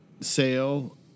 sale